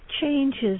changes